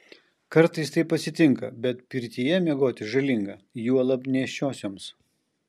kartais taip atsitinka bet pirtyje miegoti žalinga juolab nėščiosioms